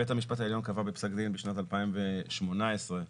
בית המשפט העליון קבע בפסק דין בשנת 2018 שאכן